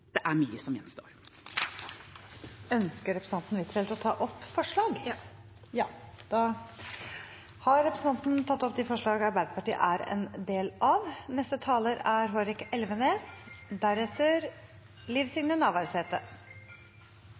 Det er mye som gjenstår. Ønsker representanten Huitfeldt å ta opp forslag? Ja. Da har representanten Anniken Huitfeldt tatt opp de forslagene Arbeiderpartiet er en del av.